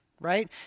right